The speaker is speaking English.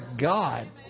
God